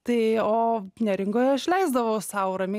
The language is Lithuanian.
tai o neringoj aš leisdavau sau ramiai